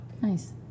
Nice